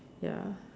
ya